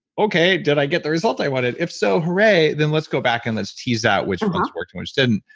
okay, did i get the result i wanted? if so, hooray, then let's go back and let's tease out which ones worked and which didn't,